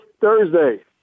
Thursday